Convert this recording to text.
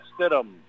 Stidham